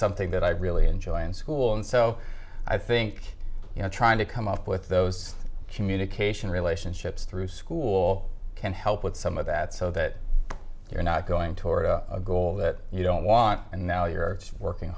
something that i really enjoy in school and so i think you know trying to come up with those communication relationships through school can help with some of that so that you're not going toward a goal that you don't want and now you're working